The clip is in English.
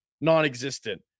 non-existent